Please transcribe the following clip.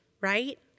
Right